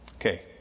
Okay